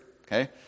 okay